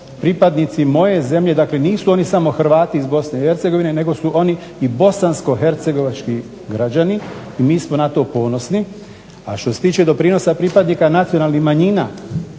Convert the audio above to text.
pripadnici moje zemlje, dakle nisu oni samo Hrvati iz Bosne i Hercegovine nego su oni i bosansko-hercegovački građani i mi smo na to ponosni. A što se tiče doprinosa pripadnika nacionalnih manjina